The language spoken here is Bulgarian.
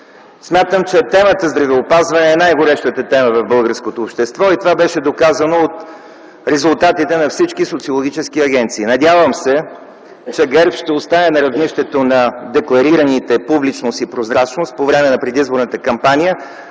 Смятам, че темата „здравеопазване” е най-горещата тема в българското общество. Това беше от резултатите на всички социологически агенции. Надявам се, че ГЕРБ ще остане на равнището на декларираните публичност и прозрачност по време на предизборната кампания.